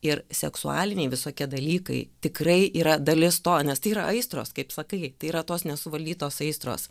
ir seksualiniai visokie dalykai tikrai yra dalis to nes tai yra aistros kaip sakai tai yra tos nesuvaldytos aistros